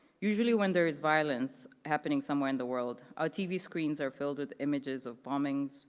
usually when there is violence happening somewhere in the world, our tv screens are filled with images of bombings,